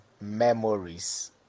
memories